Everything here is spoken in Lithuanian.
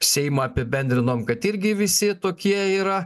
seimą apibendrinom kad irgi visi tokie yra